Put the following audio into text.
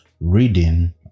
reading